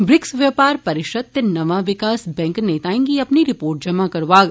BRICS व्यौपार परिषद नै नमां विकास बैंक नेताएं गी अपनी रिर्पोट जमा करौग